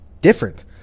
different